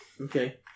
Okay